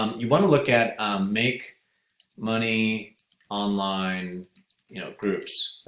um you want to look at make money online you know groups,